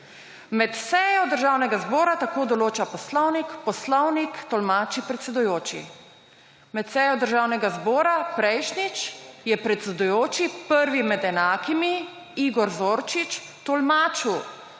Med sejo Državnega zbora, tako določa poslovnik, poslovnik tolmači predsedujoči. Med sejo Državnega zbora prejšnjič je predsedujoči, prvi med enakimi, Igor Zorčič tolmačil,